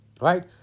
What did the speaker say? Right